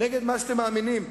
נגד מה שאתם מאמינים.